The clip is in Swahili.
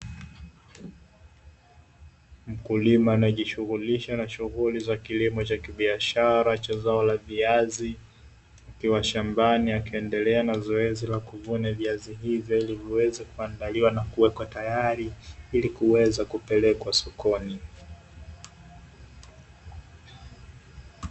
Mkulima anayejishughulisha na shughuli ya kilimo cha biashara cha zao la viazi, akiwa shambani akiendelea na zoezi la kuvuna viazi hivyo ili viweze kuandaliwa na kuwekwa tayari ili kuweza kupelekwa sokoni.